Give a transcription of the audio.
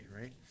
right